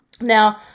Now